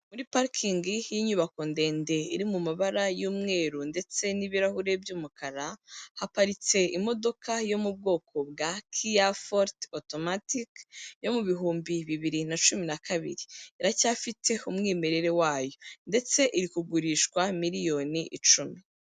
Muri parikingi y'inyubako ndende iri mu mabara y'umweru ndetse n'ibirahuri by'umukara, haparitse imodoka yo mu bwoko bwa KIA forite otomatiki, yo mu bihumbi bibiri na cumi na kabiri, iracyafite umwimerere wayo ndetse iri kugurishwa miliyoni icumi.